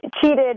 cheated